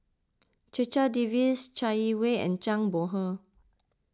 Checha Davies Chai Yee Wei and Zhang Bohe